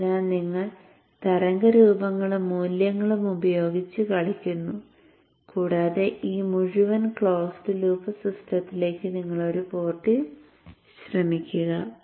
അതിനാൽ നിങ്ങൾ തരംഗ രൂപങ്ങളും മൂല്യങ്ങളും ഉപയോഗിച്ച് കളിക്കുന്നു കൂടാതെ ഈ മുഴുവൻ ക്ലോസ് ലൂപ്പ് സിസ്റ്റത്തിലേക്ക് നിങ്ങൾ ഒരു പോർട്ടിൽ ശ്രമിക്കുക